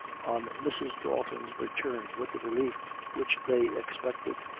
on mrs. dalton's return with the relief which they expected.